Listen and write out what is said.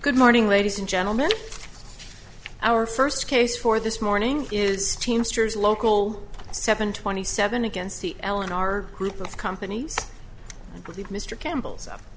good morning ladies and gentlemen our first case for this morning is teamsters local seven twenty seven against the ellen our group of companies with mr campbell's up